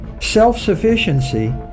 Self-sufficiency